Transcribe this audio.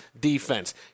defense